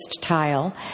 tile